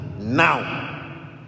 Now